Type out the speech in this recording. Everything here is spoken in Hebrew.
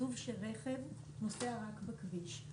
כתוב שרכב נוסע רק בכביש,